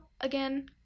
Again